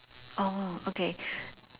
oh okay